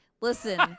listen